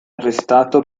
arrestato